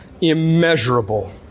immeasurable